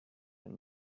and